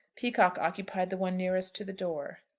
peacocke occupied the one nearest to the door.